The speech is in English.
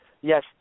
yes